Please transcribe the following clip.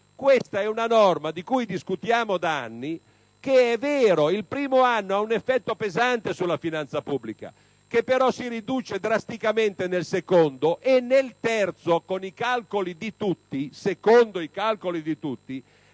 questa è una norma di cui discutiamo da anni che, è vero, il primo anno ha un effetto pesante sulla finanza pubblica, effetto che però si riduce drasticamente nel secondo e nel terzo quando, secondo i calcoli di tutti,